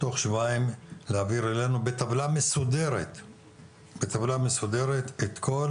תוך שבועיים להעביר אלינו בטבלה מסודרת את כל